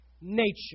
nature